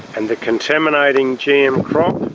and the contaminating gm crop